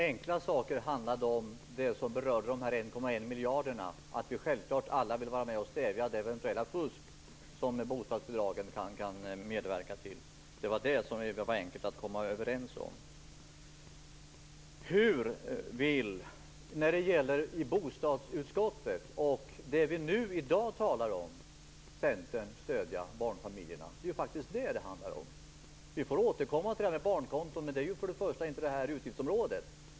Fru talman! De enkla sakerna var de som berörde de 1,1 miljarderna. Självklart vill vi alla vara med och stävja det eventuella fusk som bostadsbidraget kan förleda till. Det var det som det var enkelt att komma överens om. Hur vill Centern stödja barnfamiljerna när det gäller det vi diskuterat i bostadsutskottet och det vi talar om nu i dag? Det är faktiskt det som det handlar om. Vi får återkomma till barnkontot. Det ligger inte inom det här utgiftsområdet.